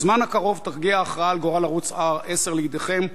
בזמן הקרוב תגיע ההכרעה על גורל ערוץ-10 לידיכם.